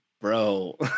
bro